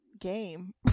game